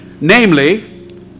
namely